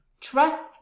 trust